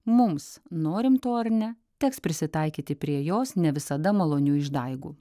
mums norim to ar ne teks prisitaikyti prie jos ne visada malonių išdaigų